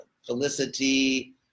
felicity